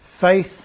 faith